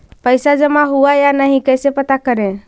पैसा जमा हुआ या नही कैसे पता करे?